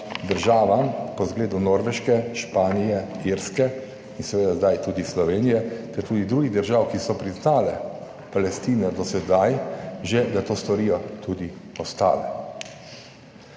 državam po zgledu Norveške, Španije, Irske in seveda zdaj tudi Slovenije ter tudi drugih držav, ki so priznale Palestine do sedaj že, da to storijo tudi ostale.